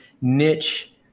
niche